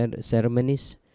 ceremonies